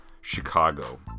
Chicago